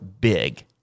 big